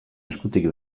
eskutik